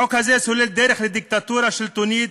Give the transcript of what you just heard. החוק הזה סולל דרך לדיקטטורה שלטונית,